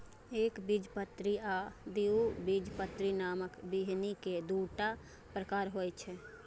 एकबीजपत्री आ द्विबीजपत्री नामक बीहनि के दूटा प्रकार होइ छै